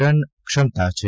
ton ક્ષમતા છે